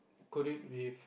coat it with